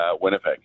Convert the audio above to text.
winnipeg